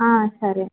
సరే